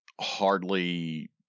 hardly